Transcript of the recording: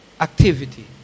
activity